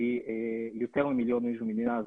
שהיא יותר ממיליון איש במדינה הזאת,